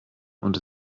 und